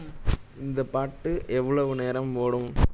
இந்த பாட்டு எவ்வளவு நேரம் ஓடும்